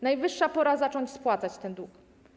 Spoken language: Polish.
Najwyższa pora zacząć spłacać ten dług.